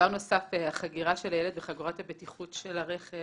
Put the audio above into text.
החגירה של הילד בחגורת הבטיחות של הרכב